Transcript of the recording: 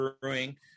Brewing